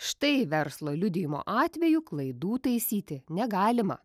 štai verslo liudijimo atveju klaidų taisyti negalima